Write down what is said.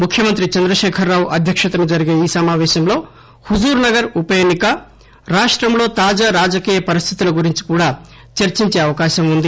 ముఖ్యమంత్రి చంద్రశేఖర్ రావు అధ్యక్షతన జరిగే ఈ సమాపేశంలో హుజుర్ నగర్ ఉపఎన్నిక రాష్టంలో తాజా రాజకీయ పరిస్థితుల గురించి కూడా చర్సించే అవకాశం ఉంది